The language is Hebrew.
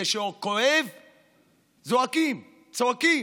כשכואב זועקים, צועקים.